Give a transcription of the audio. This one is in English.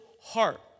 heart